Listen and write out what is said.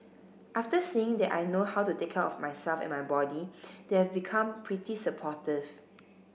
after seeing that I know how to take care of myself and my body they've become pretty supportive